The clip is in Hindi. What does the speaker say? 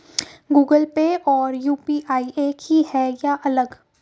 गूगल पे और यू.पी.आई एक ही है या अलग?